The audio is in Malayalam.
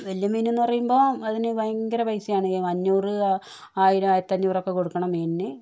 വലിയ മീൻ എന്ന് പറയുമ്പോൾ അതിന് ഭയങ്കര പൈസയാണ് അഞ്ഞൂറ് ആയിരം ആയിരത്തി അഞ്ഞൂറൊക്കെ കൊടുക്കണം മീനിന്